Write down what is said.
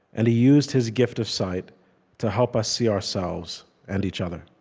and he used his gift of sight to help us see ourselves and each other.